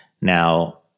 Now